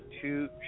two